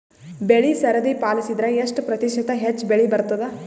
ಬೆಳಿ ಸರದಿ ಪಾಲಸಿದರ ಎಷ್ಟ ಪ್ರತಿಶತ ಹೆಚ್ಚ ಬೆಳಿ ಬರತದ?